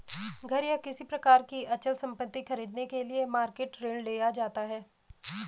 घर या किसी प्रकार की अचल संपत्ति खरीदने के लिए मॉरगेज ऋण लिया जाता है